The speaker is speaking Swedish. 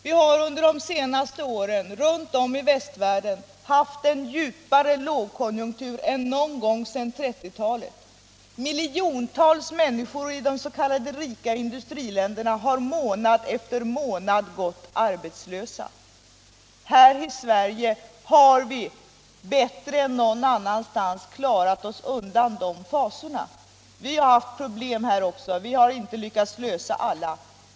Vi har under de senaste åren runt om i västvärlden haft en djupare lågkonjunktur än någon gång sedan 1930-talet. Miljontals människor i de s.k. rika industriländerna har månad efter månad gått arbetslösa. Här i Sverige har vi bättre än någon annanstans klarat oss undan de fasorna. Vi har haft problem här också — vi har inte lyckats lösa alla.